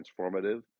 transformative